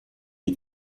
des